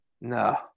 No